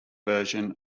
version